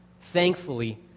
Thankfully